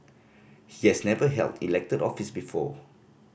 he has never held elected office before